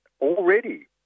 Already